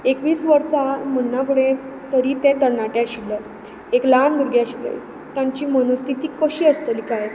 एकवीस वर्सां म्हणना फुडें तरी ते तरणाटे आशिल्ले एक ल्हान भुरगे आशिल्ले तांची मनस्थिती कशी आसतली काय